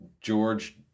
George